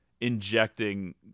injecting